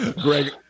Greg